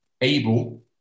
able